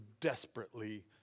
desperately